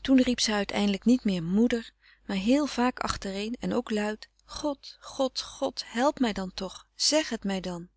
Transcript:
toen riep zij eindelijk niet meer moeder maar heel vaak achtereen en ook luid god god god help mij dan toch zeg het mij dan